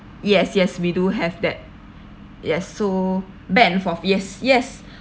yes yes we do have that yes so back and fourth yes yes